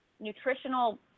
nutritional